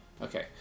Okay